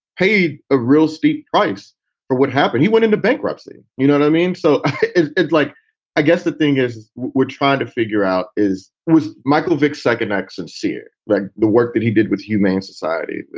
paid a real steep price for what happened. you went into bankruptcy. you know what i mean? so it's like i guess the thing is we're trying to figure out is, was michael vick's second act sincere, like the work that he did with humane society?